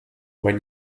when